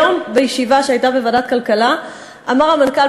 היום בישיבה שהייתה בוועדת הכלכלה אמר המנכ"ל